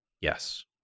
Yes